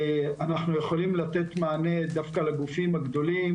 אנחנו יכולים לתת מענה לגופים הגדולים,